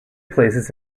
places